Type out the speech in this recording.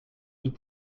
nous